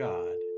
God